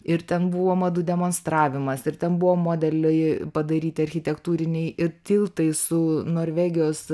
ir ten buvo madų demonstravimas ir ten buvo modeliai padaryti architektūriniai ir tiltai su norvegijos